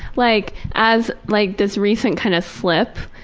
like, as like this recent kind of slip,